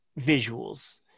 visuals